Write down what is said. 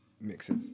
mixes